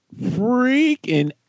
Freaking